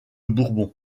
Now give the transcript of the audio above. bourbon